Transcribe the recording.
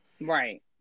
Right